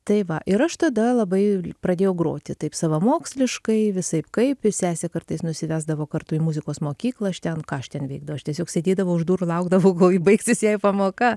tai va ir aš tada labai pradėjau groti taip savamoksliškai visaip kaip ir sesė kartais nusivesdavo kartu į muzikos mokyklą aš ten ką aš ten veikdavau aš tiesiog sėdėdavau už durų laukdavau kol ji baigsis jai pamoka